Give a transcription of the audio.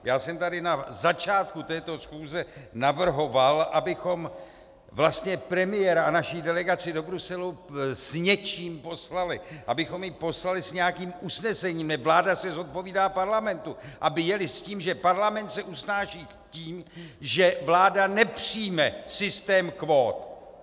Já jsem tady na začátku této schůze navrhoval, abychom vlastně premiéra a naši delegaci do Bruselu s něčím poslali, abychom je poslali s nějakým usnesením, neb vláda se zodpovídá Parlamentu, aby jeli s tím, že Parlament se usnáší tím, že vláda nepřijme systém kvót.